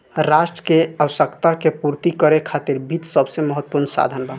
राष्ट्र के आवश्यकता के पूर्ति करे खातिर वित्त सबसे महत्वपूर्ण साधन बा